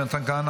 מתן כהנא,